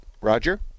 Roger